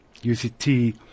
UCT